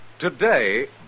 Today